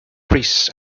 chris